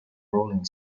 rolling